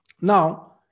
Now